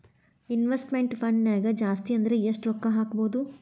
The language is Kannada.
ಇನ್ವೆಸ್ಟ್ಮೆಟ್ ಫಂಡ್ನ್ಯಾಗ ಜಾಸ್ತಿ ಅಂದ್ರ ಯೆಷ್ಟ್ ರೊಕ್ಕಾ ಹಾಕ್ಬೋದ್?